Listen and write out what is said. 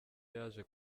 yaje